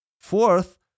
Fourth